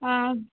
ஆ